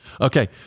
Okay